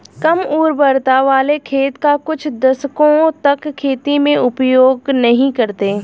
कम उर्वरता वाले खेत का कुछ दशकों तक खेती में उपयोग नहीं करते हैं